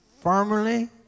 firmly